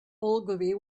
ogilvy